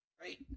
Great